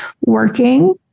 working